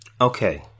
Okay